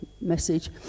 message